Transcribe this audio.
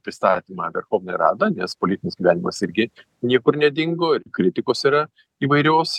pristatymą ir į radą nes politinis gyvenimas irgi niekur nedingo kritikos yra įvairios